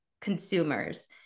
consumers